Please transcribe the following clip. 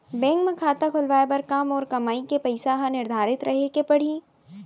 Bank म खाता खुलवाये बर का मोर कमाई के पइसा ह निर्धारित रहे के पड़ही?